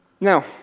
Now